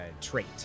trait